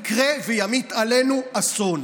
וימיט עלינו אסון.